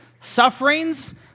sufferings